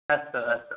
अस्तु अस्तु